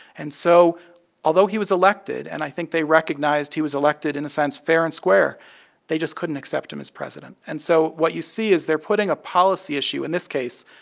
and so although he was elected and i think they recognized he was elected, in a sense, fair and square they just couldn't accept him as president and so what you see is they're putting a policy issue in this case,